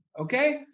okay